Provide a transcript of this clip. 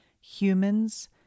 humans